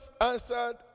answered